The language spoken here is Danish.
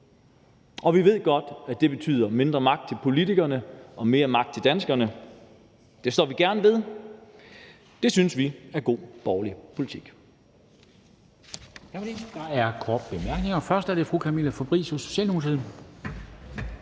Vi ved godt, det betyder mindre magt til politikerne og mere magt til danskerne, men det står vi gerne ved, for det synes vi er god borgerlig politik.